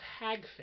hagfish